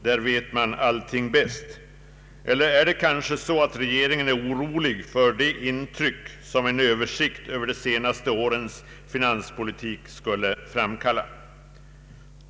Där vet man ailt bäst. Eller är det kanske så att regeringen är orolig för de intryck som en översikt över de senaste årens finanspolitik skulle framkalla?